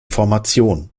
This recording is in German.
formation